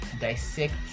dissect